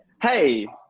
hey.